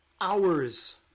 hours